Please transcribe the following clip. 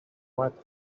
right